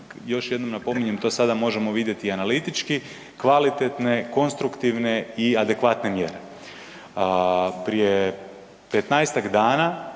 još jednom napominjem to sada možemo vidjeti i analitički kvalitetne, konstruktivne i adekvatne mjere. Prije 15-tak dana